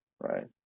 right